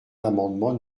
l’amendement